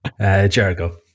Jericho